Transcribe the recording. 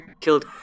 killed